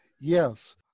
yes